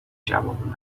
جواب